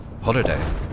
Holiday